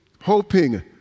hoping